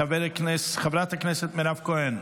חברת הכנסת מירב כהן,